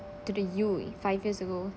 to the you five years ago